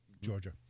Georgia